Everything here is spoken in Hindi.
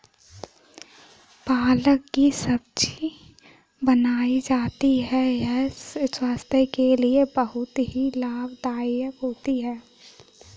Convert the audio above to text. पालक की सब्जी बनाई जाती है यह स्वास्थ्य के लिए बहुत ही लाभदायक होती है